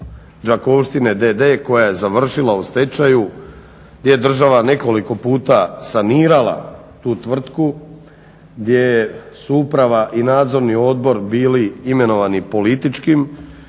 Đakovštine d.d. koja je završila u stečaju je država nekoliko puta sanirala tu tvrtku gdje su uprava i nadzorni odbor bili imenovani političkim